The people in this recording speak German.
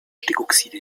stickoxide